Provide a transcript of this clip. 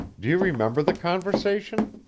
do you remember the conversation?